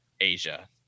Asia